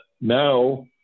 Now